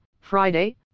Friday